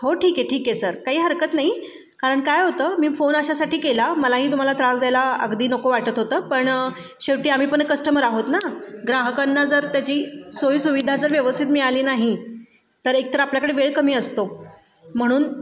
हो ठीक आहे ठीक आहे सर काही हरकत नाही कारण काय होतं मी फोन अशासाठी केला मलाही तुम्हाला त्रास द्यायला अगदी नको वाटत होतं पण शेवटी आम्ही पण कस्टमर आहोत ना ग्राहकांना जर त्याची सोयीसुविधा जर व्यवस्थित मिळाली नाही तर एकतर आपल्याकडे वेळ कमी असतो म्हणून